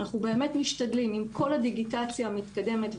אנחנו באמת משתדלים עם כל הדיגיטציה המתקדמת,